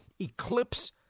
eclipse